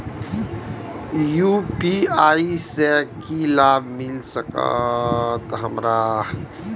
UPI से की लाभ मिल सकत हमरा?